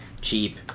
cheap